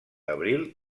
abril